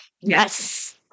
Yes